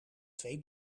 twee